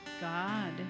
God